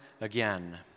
again